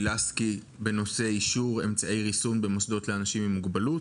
לסקי בנושא אישור אמצעי ריסון במוסדות לאנשים עם מוגבלות.